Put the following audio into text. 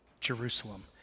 Jerusalem